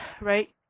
right